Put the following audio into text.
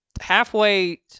halfway